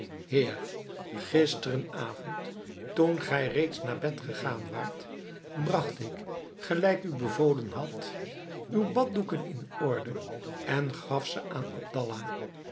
heer gisterenavond toen gij reeds naar bed gegaan waart bracht ik gelijk u bevolen had uw baddoeken in orde en gaf ze aan